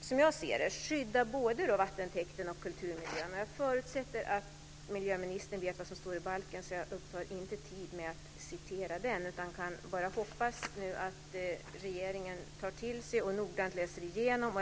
som jag ser det, skydda både vattentäkten och kulturmiljön. Jag förutsätter att miljöministern vet vad som står i balken, så jag upptar inte tid med att citera den. Jag kan nu bara hoppas att regeringen tar till sig och noggrant läser igenom det här.